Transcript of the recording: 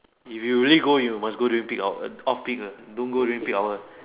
if you really go you must go during peak hour off peak uh don't go to peak hour